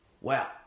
Wow